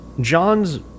john's